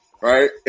right